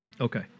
Okay